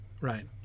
right